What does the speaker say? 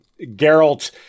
Geralt